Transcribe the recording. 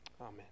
Amen